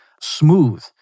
smooth